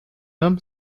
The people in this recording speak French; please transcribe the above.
homme